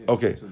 Okay